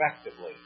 effectively